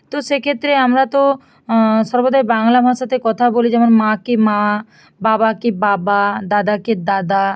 তো সেক্ষেত্রে আমরা তো সর্বদাই বাংলা ভাষাতে কথা বলি যেমন মাকে মা বাবাকে বাবা দাদাকে দাদা